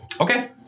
Okay